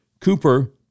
Cooper